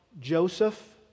Joseph